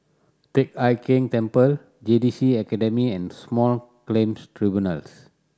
Teck Hai Keng Temple J T C Academy and Small Claims Tribunals